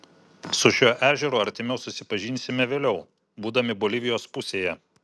su šiuo ežeru artimiau susipažinsime vėliau būdami bolivijos pusėje